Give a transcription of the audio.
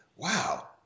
wow